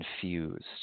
confused